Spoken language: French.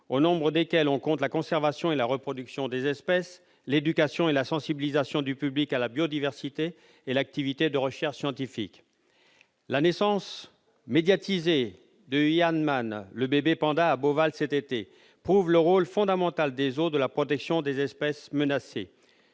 au nombre desquelles on compte la conservation et la reproduction des espèces, l'éducation et la sensibilisation du public à la biodiversité et l'activité de recherche scientifique. La naissance médiatisée du bébé panda Yuan Meng à Beauval cet été prouve le rôle fondamental des zoos dans la protection des espèces menacées.